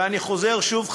ואני חוזר שוב,